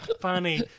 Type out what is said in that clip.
funny